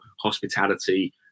hospitality